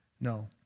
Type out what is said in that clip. No